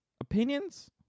Opinions